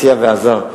סייע ועזר,